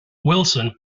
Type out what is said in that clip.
wilson